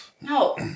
No